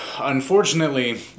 unfortunately